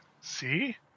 See